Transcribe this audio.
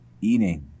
eating